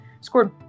scored